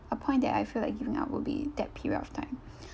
a point that I feel like giving up would be that period of time